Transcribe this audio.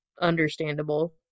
understandable